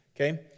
Okay